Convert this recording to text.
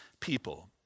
People